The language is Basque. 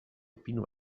pinu